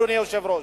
אדוני היושב-ראש.